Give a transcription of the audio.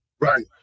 Right